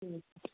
ठीक है